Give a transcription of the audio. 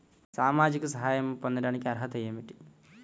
సామాజిక సహాయం పొందటానికి అర్హత ఏమిటి?